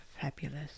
fabulous